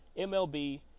MLB